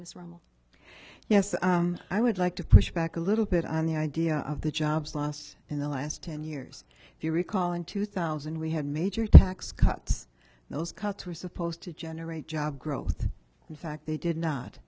room yes i would like to push back a little bit on the idea of the jobs lost in the last ten years if you recall in two thousand we had major tax cuts those cuts were supposed to generate job growth in fact they did not